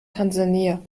tansania